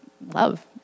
love